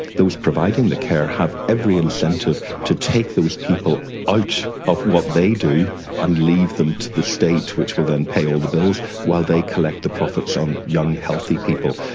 those providing the care have every incentive to take those people out of what they do and leave them to the state which will then pay all the bills while they collect the profits on young healthy people.